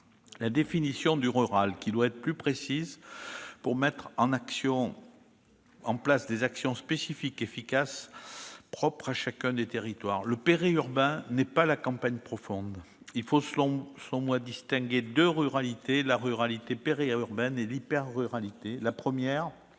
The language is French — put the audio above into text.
la définition même du « rural », qui doit être plus précise, afin que l'on puisse mettre en place des actions spécifiques, efficaces, propres à chacun des territoires. Le périurbain n'est pas la campagne profonde. Il faut distinguer deux ruralités : la ruralité périurbaine et l'hyper-ruralité. La première